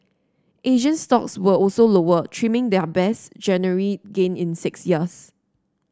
Asian stocks were also lower trimming their best January gain in six years